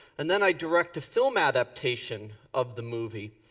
and then i direct a film adaptation of the movie.